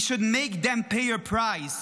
we should make them pay a price.